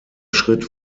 schritt